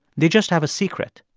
they just have a secret.